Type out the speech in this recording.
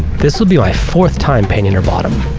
this will be my fourth time painting her bottom,